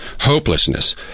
Hopelessness